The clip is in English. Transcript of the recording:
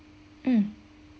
mm